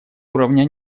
уровня